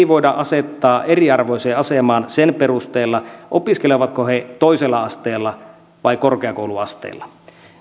voida asettaa eriarvoiseen asemaan sen perusteella opiskelevatko he toisella asteella vai korkeakouluasteella